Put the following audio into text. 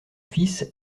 fils